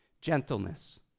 Gentleness